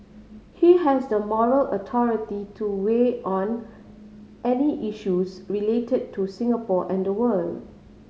he has the moral authority to weigh on any issues related to Singapore and the world